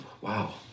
Wow